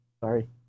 Sorry